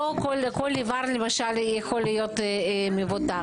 לא כל איבר למשל יכול להיות מבוטח,